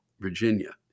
Virginia